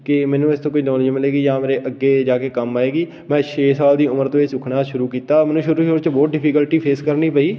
ਕਿ ਮੈਨੂੰ ਇਸ ਤੋਂ ਕੋਈ ਨੌਲੇਜ ਮਿਲੇਗੀ ਜਾਂ ਮੇਰੇ ਅੱਗੇ ਜਾ ਕੇ ਕੰਮ ਆਏਗੀ ਮੈਂ ਛੇ ਸਾਲ ਦੀ ਉਮਰ ਤੋਂ ਇਹ ਸਿੱਖਣਾ ਸ਼ੁਰੂ ਕੀਤਾ ਮੈਨੂੰ ਸ਼ੁਰੂ ਸ਼ੁਰੂ 'ਚ ਬਹੁਤ ਡਿਫੀਕਲਟੀ ਫੇਸ ਕਰਨੀ ਪਈ